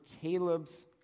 Caleb's